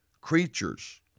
creatures